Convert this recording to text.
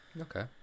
Okay